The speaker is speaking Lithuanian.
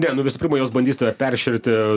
ne nu visų pirma jos bandys tave peršerti